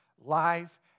Life